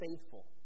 faithful